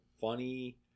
funny